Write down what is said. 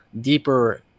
Deeper